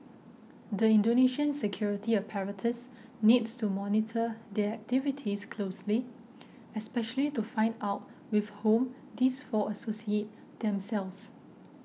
the Indonesian security apparatus needs to monitor their activities closely especially to find out with whom these four associate themselves